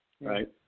Right